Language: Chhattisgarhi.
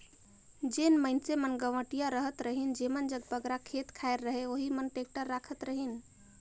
जेन मइनसे मन गवटिया रहत रहिन जेमन जग बगरा खेत खाएर रहें ओही मन टेक्टर राखत रहिन